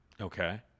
Okay